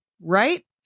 Right